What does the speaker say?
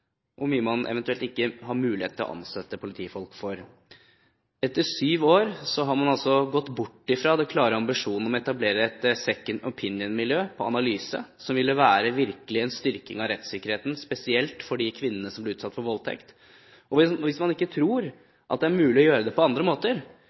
hvor mye man eventuelt ikke har mulighet til å ansette politifolk for. Etter syv år har man altså gått bort fra den klare ambisjonen om å etablere et «second opinion»-miljø for analyse, noe som virkelig ville være en styrking av rettssikkerheten, spesielt for de kvinnene som blir utsatt for voldtekt. Hvis man ikke tror